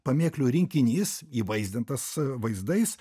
pamėklių rinkinys įvaizdintas vaizdais